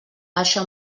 això